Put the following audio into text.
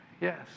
Yes